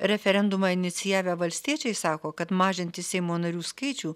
referendumą inicijavę valstiečiai sako kad mažinti seimo narių skaičių